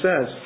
says